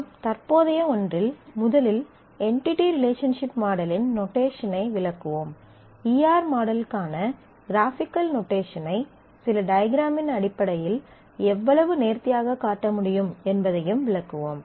நாம் தற்போதைய ஒன்றில் முதலில் என்டிடி ரிலேஷன்சிப் மாடலின் நொட்டேஷன் ஐ விளக்குவோம் ஈ ஆர் மாடல்க்கான க்ராபிக்கல் நொட்டேஷன் ஐ சில டயக்ராமின் அடிப்படையில் எவ்வளவு நேர்த்தியாகக் காட்ட முடியும் என்பதையும் விளக்குவோம்